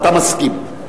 אתה מסכים.